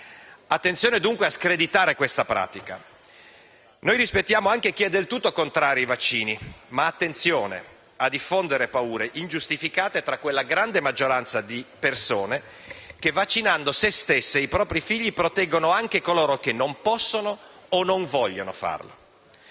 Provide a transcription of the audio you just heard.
Attenzione, dunque, a screditare questa pratica. Noi rispettiamo anche chi è del tutto contrario ai vaccini, ma attenzione a diffondere paure ingiustificate tra la grande maggioranza di persone che, vaccinando se stesse e i propri figli, proteggono anche coloro che non possono o non vogliono farlo.